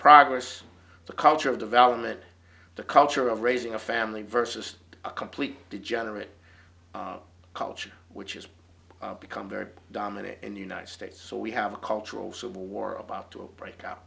progress the culture of development the culture of raising a family versus a complete degenerate culture which is become very dominant in the united states so we have a cultural civil war about to break out